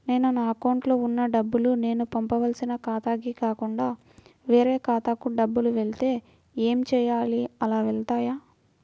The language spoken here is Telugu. నేను నా అకౌంట్లో వున్న డబ్బులు నేను పంపవలసిన ఖాతాకి కాకుండా వేరే ఖాతాకు డబ్బులు వెళ్తే ఏంచేయాలి? అలా వెళ్తాయా?